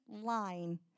line